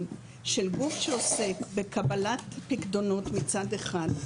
של גוף שעסק בקבלת פיקדונות מצד אחד,